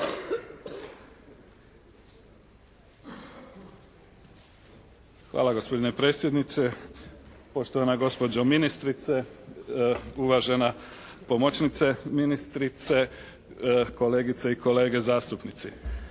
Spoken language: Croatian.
Hvala gospodine predsjedniče, poštovana gospođo ministrice, uvažena pomoćnici ministrice, kolegice i kolege zastupnici.